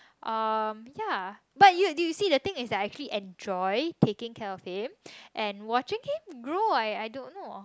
um ya but you do you see the thing is like actually enjoy taking care of him and watching him grow I I don't know